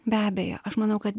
be abejo aš manau kad